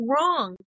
wrong